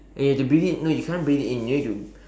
and you have to breathe it no you can't breathe it in you need to